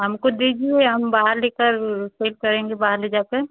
हमको दीजिए हम बाहर लेकर सेल करेंगे बाहर ले जा कर